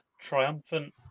Triumphant